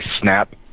snap